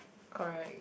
correct